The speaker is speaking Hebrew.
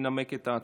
תנמק את ההצעה.